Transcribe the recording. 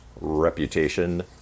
reputation